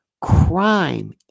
crime